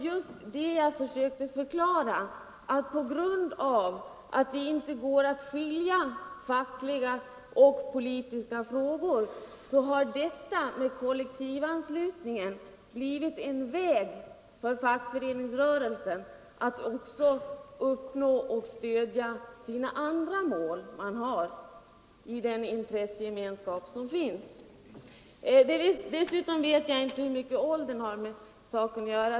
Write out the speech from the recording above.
Jag försökte förklara att på grund av att det inte går att skilja fackliga och politiska frågor, har detta med kollektivanslutningen blivit en väg för fackföreningsrörelsen att uppnå och stödja de andra mål man har i den intressegemenskap som finns. Jag vet inte hur mycket åldern har med saken att göra.